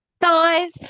Thighs